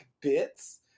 bits